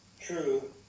true